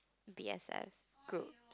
B_S_S group